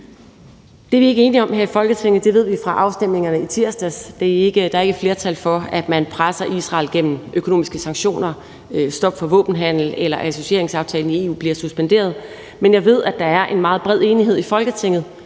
er vi ikke enige om her i Folketinget. Det ved vi fra afstemningerne i tirsdags. Der er ikke flertal for, at man presser Israel gennem økonomiske sanktioner, stop for våbenhandel, eller at associeringsaftalen med EU bliver suspenderet, men jeg ved, at der er meget bred enighed i Folketinget